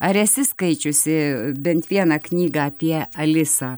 ar esi skaičiusi bent vieną knygą apie alisą